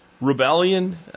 rebellion